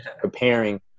Preparing